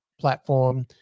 platform